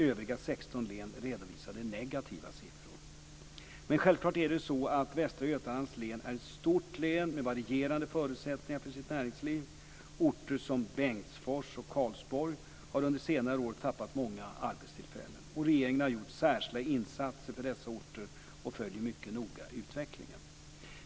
Övriga 16 län redovisade negativa siffror. Men det är självfallet så att Västra Götalands län är ett stort län med varierande förutsättningar för sitt näringsliv. Orter som Bengtsfors och Karlsborg har under senare år tappat många arbetstillfällen. Regeringen har gjort särskilda insatser för dessa orter och följer mycket noga utvecklingen.